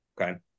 Okay